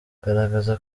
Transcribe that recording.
garagaza